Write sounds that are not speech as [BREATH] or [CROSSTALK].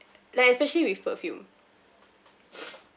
like especially with perfume [BREATH]